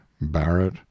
barrett